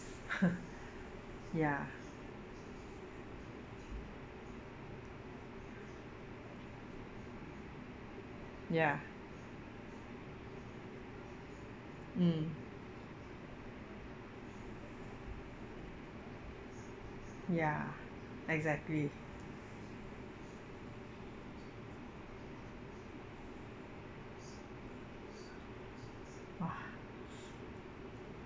ya ya mm ya exactly !wah!